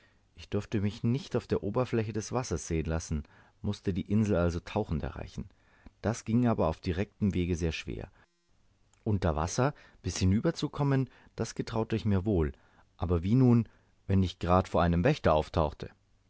ich durfte mich nicht auf der oberfläche des wassers sehen lassen mußte die insel also tauchend erreichen das ging aber auf direktem wege sehr schwer unter wasser bis hinüber zu kommen das getraute ich mir wohl aber wie nun wenn ich grad vor einem wächter auftauchte